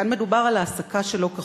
כאן מדובר על העסקה שלא כחוק,